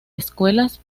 escuelas